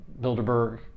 Bilderberg